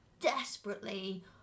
desperately